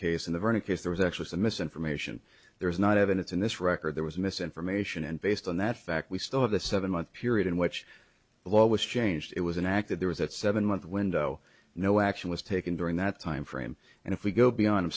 case in the vernon case there was actually some misinformation there is not evidence in this record there was misinformation and based on that fact we still have the seven month period in which the law was changed it was an act that there was that seven month window no action was taken during that timeframe and if we go beyond